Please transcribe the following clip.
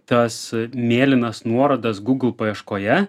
tas mėlynas nuorodas google paieškoje